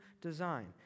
design